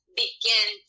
begin